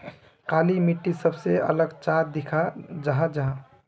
काली मिट्टी सबसे अलग चाँ दिखा जाहा जाहा?